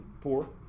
poor